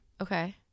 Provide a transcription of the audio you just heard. Okay